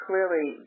Clearly